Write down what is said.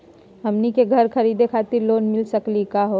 हमनी के घर खरीदै खातिर लोन मिली सकली का हो?